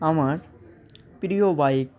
আমার প্রিয় বাইক